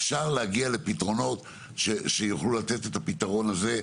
אפשר להגיע לפתרונות שיוכלו לתת את הפתרון הזה,